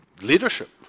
Leadership